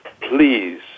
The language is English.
please